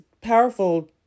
powerful